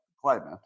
climate